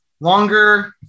Longer